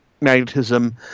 magnetism